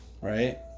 right